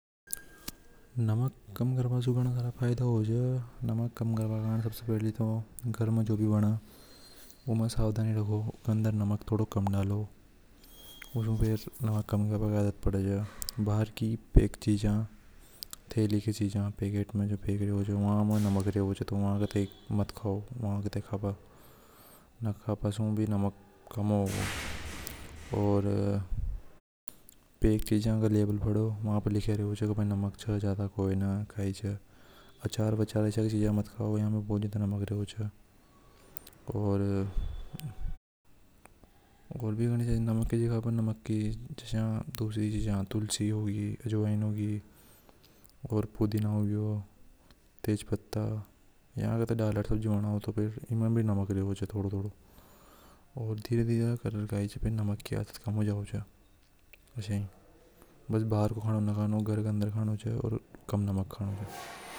नमक कम करने से गानासारा फायदा होवे छ नमक कम करबा काजे सबसे पहली तो सब्जी बने उमें। सावधानी रखो कि उ में नमक थोड़ा कम डालो। उसे फेर नमक कम काबा की आदत पड़े छ। बाहर की पैक चीजा थैली की चीजा वा में नमक ज्यादा। रेवे च तो वाने मत खोने न काबा सु भी नमक कम होवेगो ओर पैक जीजा को लेबल पड़े वामे नमक छ ज्यादा कोई न आचार वाचर आशया की जीजा मत खाओ यम भूत ज्यादा नक रेवे च। ओर ओर भी गनी सारी चीजा रेवेच जैसे तुलसी अजवाइन पोदीना होगया याने दल के सब्जी बनावे च। तो एमे भी नमक रेवे च थोड़ो थोड़ो ओर धीरे धीरे फिर नमक की आदत कम हो जावे आशय बस बाहर को खानों नि खानों तेज पत्ता।